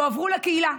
יועברו לקהילה.